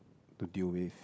to deal with